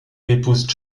épouse